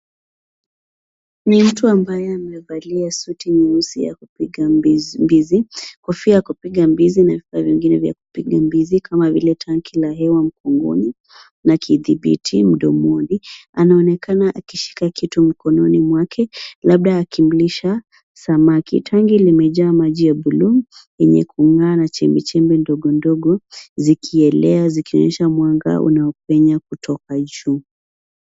Ni mtu ambaye amevalia suti nyeusi ya kupiga mbizi, kofia ya kupiga mbizi na vifaa vingine vya kupiga mbizi kama vile tanki ya hewa mgongoni na kidhibiti mdomoni. Anaonekana akishika kitu mkononi mwake labda akimlisha samaki. Tanki limejaa maji ya buluu yenye kung'aa na chemichemi ndogondogo zikielea zikionyesha mwanga unaopenya kutoka juu.